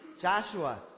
Joshua